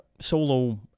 solo